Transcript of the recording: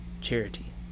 charity